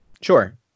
Sure